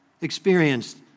experienced